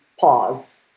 pause